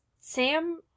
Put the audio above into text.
Sam